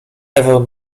ewę